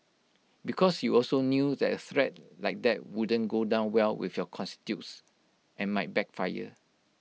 because you also knew that A threat like that wouldn't go down well with your constituents and might backfire